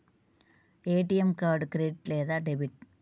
ATM card credit లేదా debit?